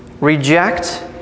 reject